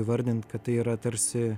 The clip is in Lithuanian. įvardint kad tai yra tarsi